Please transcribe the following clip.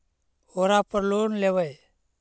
ओरापर लोन लेवै?